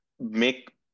make